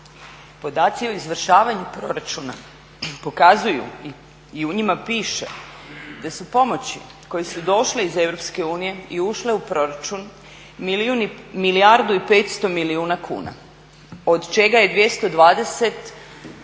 podaci o izvršavanju proračuna pokazuju i u njima piše da su pomoći koje su došle iz Europske unije i ušle u proračun milijardu i 500 milijuna kuna, od čega 220 nije